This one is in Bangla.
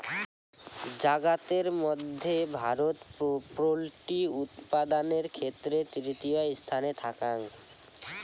জাগাতের মধ্যে ভারত পোল্ট্রি উৎপাদানের ক্ষেত্রে তৃতীয় স্থানে থাকাং